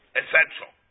essential